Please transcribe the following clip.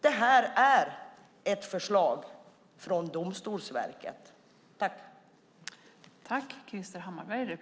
Det här är ett förslag från Domstolsverket.